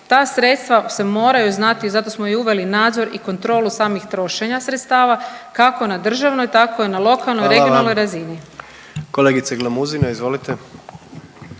ta sredstva se moraju znati zato smo i uveli nadzor i kontrolu samih trošenja sredstava kako na državnoj tako i na lokalnoj …/Upadica predsjednik: Hvala